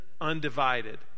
undivided